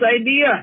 idea